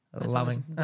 Loving